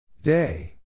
Day